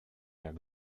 jak